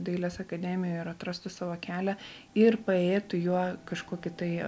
dailės akademijoj ir atrastų savo kelią ir paėjėtų juo kažkokį tai